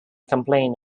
complain